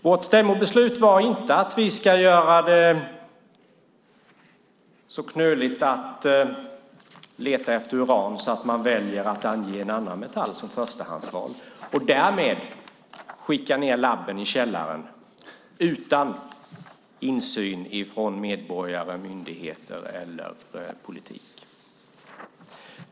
Vårt stämmobeslut var inte att vi ska göra det så knöligt att leta efter uran att man väljer att ange en annan metall som förstahandsval och därmed skicka ned labben i källaren utan insyn för medborgare, myndigheter eller politiker.